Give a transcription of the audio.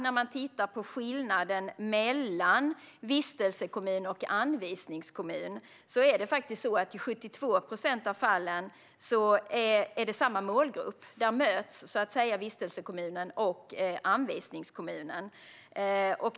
När man tittar på skillnaderna mellan vistelsekommun och anvisningskommun kan man notera att det i 72 procent av fallen är fråga om samma målgrupp. Där möts så att säga vistelsekommunen och anvisningskommunen.